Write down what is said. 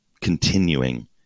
continuing